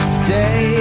stay